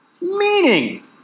Meaning